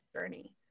journey